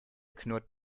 knurrt